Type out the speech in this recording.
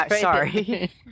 sorry